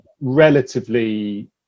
relatively